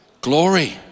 Glory